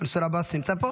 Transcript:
מנסור עבאס נמצא פה?